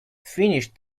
finished